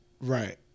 Right